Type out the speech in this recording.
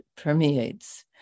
permeates